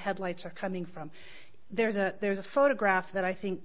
headlights are coming from there's a there's a photograph that i think